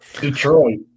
Detroit